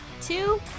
two